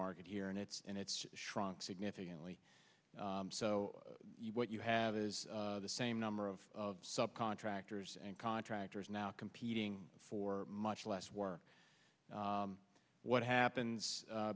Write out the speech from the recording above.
market here and it's and it's shrunk significantly so what you have is the same number of sub contractors and contractors now competing for much less work what happens